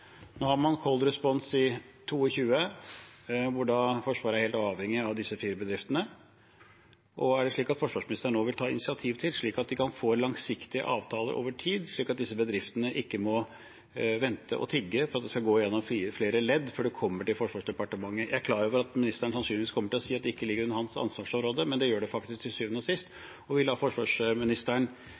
Nå har man Cold Response i 2022, hvor Forsvaret er helt avhengig av disse fire bedriftene. Er det slik at forsvarsministeren nå vil ta initiativ til at de kan få langsiktige avtaler over tid, slik at disse bedriftene ikke må vente og tigge fordi det skal gå gjennom flere ledd før det kommer til Forsvarsdepartementet? Jeg er klar over at ministeren sannsynligvis kommer til å si at det ikke ligger under hans ansvarsområde, men det gjør det faktisk til syvende og sist. Vil forsvarsministeren se på hvordan disse avtalene etableres, og